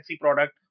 product